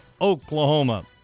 Oklahoma